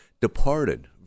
departed